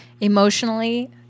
Emotionally